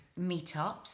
meetups